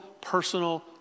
personal